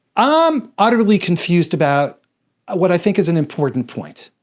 i'm utterly confused about what i think is an important point.